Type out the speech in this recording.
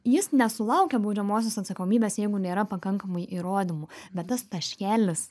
jis nesulaukia baudžiamosios atsakomybės jeigu nėra pakankamai įrodymų bet tas taškelis